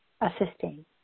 assisting